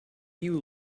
you